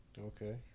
Okay